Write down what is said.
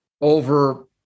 over